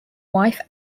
wife